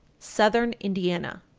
southern indiana.